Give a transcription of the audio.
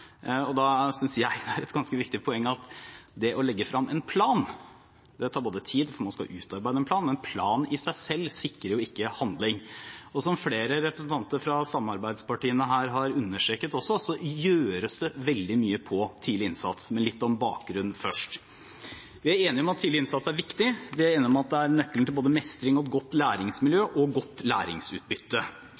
Da synes jeg det er et ganske viktig poeng at det å legge frem en plan tar tid, for man skal utarbeide en plan, men en plan i seg selv sikrer jo ikke handling. Og som flere representanter fra samarbeidspartiene her også har understreket, gjøres det veldig mye når det gjelder tidlig innsats, men litt om bakgrunnen først. Vi er enige om at tidlig innsats er viktig. Vi er enige om at det er nøkkelen til både mestring, godt læringsmiljø og godt læringsutbytte.